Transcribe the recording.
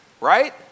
right